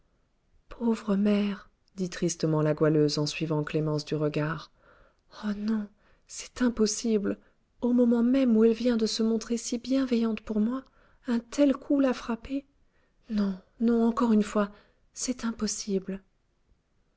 pauvre mère dit tristement la goualeuse en suivant clémence du regard oh non c'est impossible au moment même où elle vient de se montrer si bienveillante pour moi un tel coup la frapper non non encore une fois c'est impossible